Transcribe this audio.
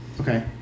Okay